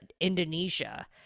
Indonesia